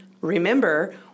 remember